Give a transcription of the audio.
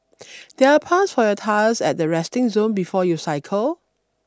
there are pumps for your tyres at the resting zone before you cycle